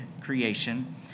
creation